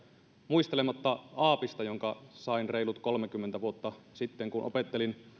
muistelematta aapista jonka sain reilut kolmekymmentä vuotta sitten kun opettelin